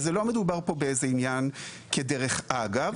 אז לא מדובר פה באיזה עניין כדרך אגב.